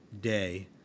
day